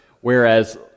whereas